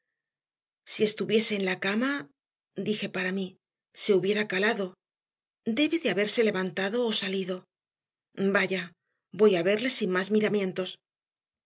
si estuviese en la cama dije para mí se hubiera calado debe de haberse levantado o salido vaya voy a verle sin más miramientos